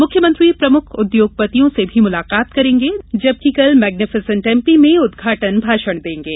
मुख्यमंत्री प्रमुख उद्योगपतियों से भी मुलाकात करेंगे जबकि कल मैग्नीफिसेंट एमपी में उदघाटन भाषण देंगे